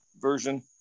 version